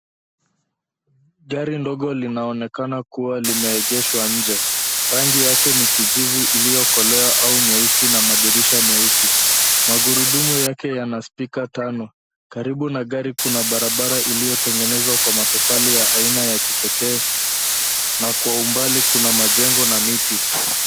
Gari ndogo linaonekana kuwa limeegeshwa nje. Rangi yake ni kijivu iliyokolea au nyeusi na madirisha meusi. Magurudumu yake yana spika tano. Karibu na gari kuna barabara iliyo tengenezwa kwa matofali ya aina ya kipekee na kwa umbali kuna majengo na miti.